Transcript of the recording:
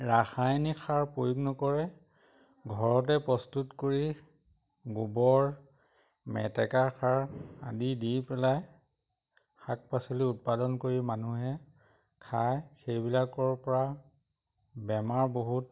ৰাসায়নিক সাৰ প্ৰয়োগ নকৰে ঘৰতে প্ৰস্তুত কৰি গোবৰ মেটেকা সাৰ আদি দি পেলাই শাক পাচলি উৎপাদন কৰি মানুহে খায় সেইবিলাকৰ পৰা বেমাৰ বহুত